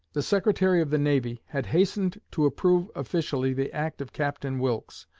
the secretary of the navy had hastened to approve officially the act of captain wilkes,